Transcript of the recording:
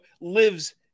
lives